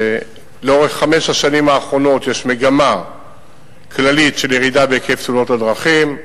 לאורך חמש השנים האחרונות יש מגמה כללית של ירידה בהיקף תאונות הדרכים.